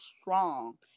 strong